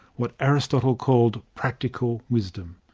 what aristotle called practical wisdom.